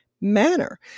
manner